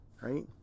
right